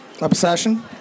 Obsession